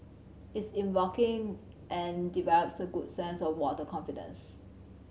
it is and develops a good sense of water confidence